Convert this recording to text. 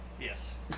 Yes